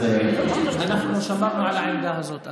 אנחנו שמרנו על העמדה הזאת.